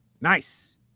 Nice